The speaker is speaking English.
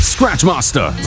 Scratchmaster